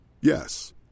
Yes